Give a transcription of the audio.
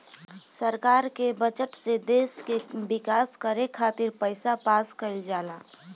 सरकार के बजट से देश के विकास करे खातिर पईसा पास कईल जाला